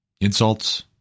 Insults